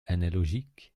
analogique